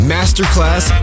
Masterclass